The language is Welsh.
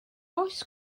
oes